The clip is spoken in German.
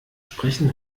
sprechen